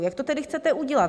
Jak to tedy chcete udělat?